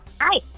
Hi